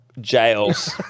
Jails